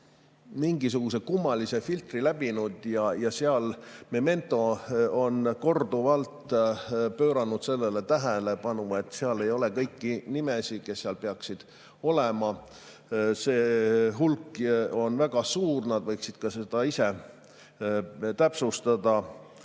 mingisuguse kummalise filtri läbinud. Memento on korduvalt pööranud sellele tähelepanu, et seal ei ole kõiki nimesid, mis seal peaksid olema. See hulk on väga suur, nad võiksid ka seda ise täpsustada.